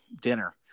dinner